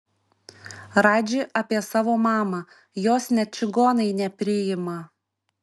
radži apie savo mamą jos net čigonai nepriima